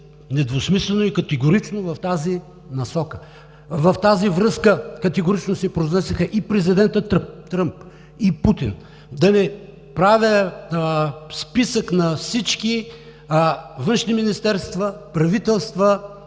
недвусмислено и категорично в тази насока. В тази връзка категорично се произнесоха и президентът Тръмп, и Путин. Да Ви правя ли списък на всички външни министерства, правителства